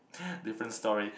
different story